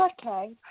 Okay